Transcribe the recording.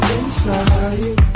inside